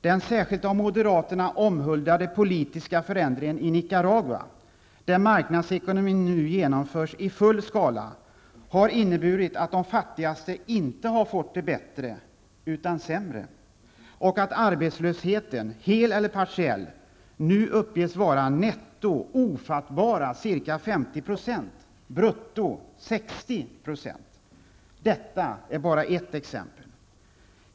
Den särskilt av moderaterna omhuldade politiska förändringen i Nicaragua, där marknadsekonomin nu genomförs i full skala, har inte inneburit att de fattigaste har fått det bättre, utan sämre, och att arbetslösheten, hel eller partiell, nu uppges vara netto ofattbara ca 50 %, brutto 60 %. Detta är bara ett exempel.